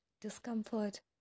discomfort